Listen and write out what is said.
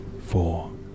four